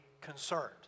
concerned